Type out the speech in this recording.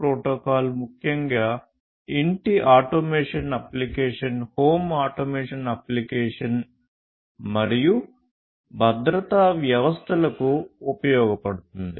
protocol ముఖ్యంగా ఇంటి automation application home automation application మరియు భద్రతా వ్యవస్థలకు ఉపయోగపడుతుంది